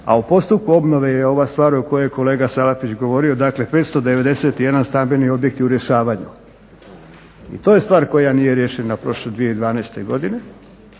a u postupku obnove je ova stvar u kojoj je kolega Salapić govorio, dakle 591 stambeni objekt je u rješavanju i to je stvar koja nije riješena prošle 2012. Godine.